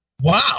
Wow